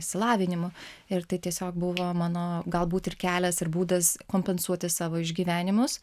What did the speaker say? išsilavinimu ir tai tiesiog buvo mano galbūt ir kelias ir būdas kompensuoti savo išgyvenimus